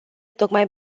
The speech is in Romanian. tocmai